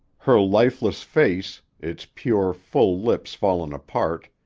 her lifeless face, its pure, full lips fallen apart,